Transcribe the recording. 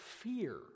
fear